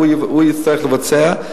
הוא יצטרך לבצע,